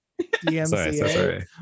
DMCA